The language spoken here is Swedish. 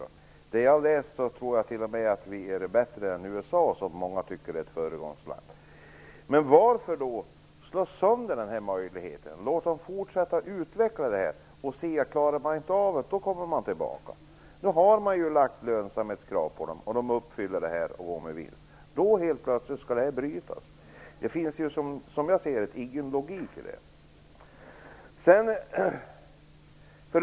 Utifrån vad jag har läst tror jag t.o.m. att vi här är bättre än USA, som många tycker är ett föregångsland. Men varför då slå sönder den här möjligheten? Låt SJ fortsätta utveckla det här och se hur det går. Klarar SJ inte av det, då kommer man tillbaka. Nu har man ju lagt lönsamhetskrav på SJ, och SJ uppfyller dem och går med vinst. Då helt plötsligt skall detta brytas. Det finns, som jag ser det, ingen logik i det.